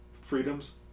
freedoms